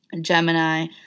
Gemini